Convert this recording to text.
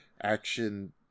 action